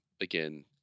again